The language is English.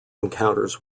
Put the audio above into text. encounters